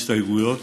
הסתייגויות,